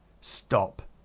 stop